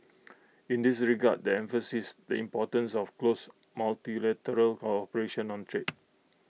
in this regard they emphasised the importance of close multilateral cooperation on trade